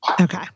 Okay